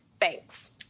Thanks